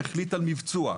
החליט על מיבצוע.